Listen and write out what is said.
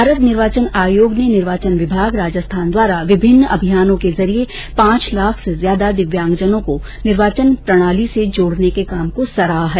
भारत निर्वाचन आयोग ने निर्वाचन विभाग राजस्थान द्वारा विभिन्न अभियानों के जरिए पांच लाख से ज्यादा दिव्यांगजनों को निर्वाचन प्रणाली से जोड़ने के काम को सराहा है